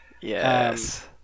yes